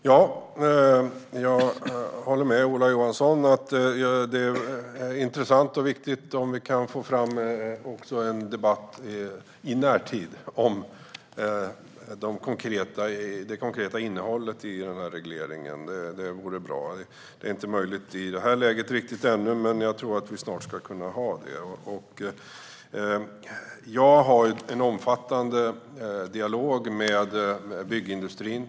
Herr talman! Jag håller med Ola Johansson om att det är viktigt att vi i närtid får fram en debatt om det konkreta innehållet i den här regleringen. Det vore bra. Det är inte möjligt i detta läge, men jag tror att det snart ska kunna vara det. Jag har en omfattande dialog med byggindustrin.